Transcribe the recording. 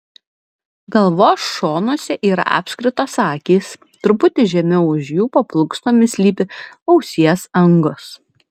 galvos šonuose yra apskritos akys truputį žemiau už jų po plunksnomis slypi ausies angos